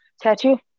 tattoo